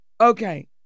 Okay